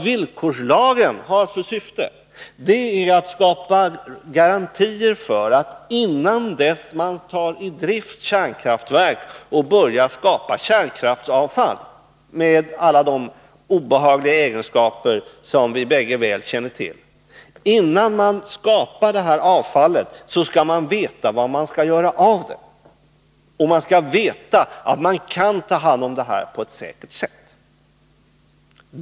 Villkorslagens syfte är att skapa garantier för att innan man tar kärnkraftverk i drift och börjar producera kärnkraftsavfall, med alla de obehagliga egenskaper som vi bägge mycket väl känner till, skall man veta vad man skall göra av det. Man skall veta att man kan ta 57 hand om avfallet på ett säkert sätt.